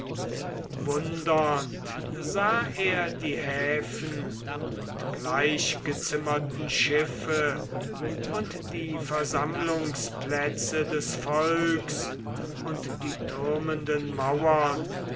wundernd sah er die häfen und gleichgezimmerten schiffe und die versammlungsplätze des volks und die türmenden mauern